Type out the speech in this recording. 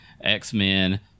x-men